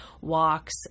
walks